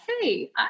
Hey